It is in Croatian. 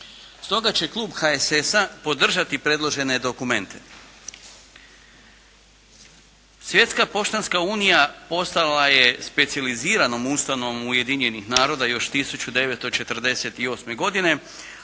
stoga će klub HSS-a podržati predložene dokumente. Svjetska poštanska unija postala je specijaliziranom ustanovom Ujedinjenih naroda još 1948. godine,